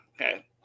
okay